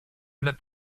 bleibt